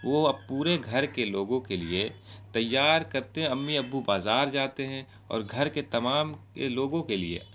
وہ اب پورے گھر کے لوگوں کے لیے تیار کرتے ہیں امی ابو بازار جاتے ہیں اور گھر کے تمام کے لوگوں کے لیے